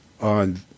on